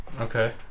Okay